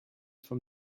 from